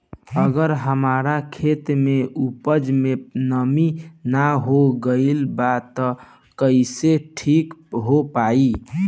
अगर हमार खेत में उपज में नमी न हो गइल बा त कइसे ठीक हो पाई?